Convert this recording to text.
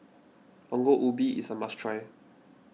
Ongol Ubi is a must try